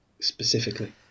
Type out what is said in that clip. specifically